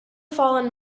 fallen